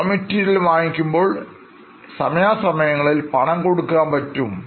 Raw Materials വാങ്ങിക്കുമ്പോൾ സമയാസമയങ്ങളിൽ പണം കൊടുക്കാൻ പറ്റും